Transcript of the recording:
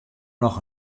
noch